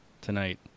tonight